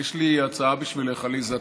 יש לי הצעה בשבילך, עליזה.